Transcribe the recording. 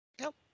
Nope